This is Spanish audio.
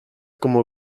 como